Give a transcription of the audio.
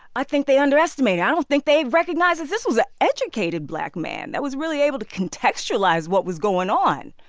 i think they underestimate i don't think they recognize that this was an educated black man that was really able to contextualize what was going on.